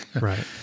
Right